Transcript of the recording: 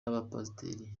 abapasiteri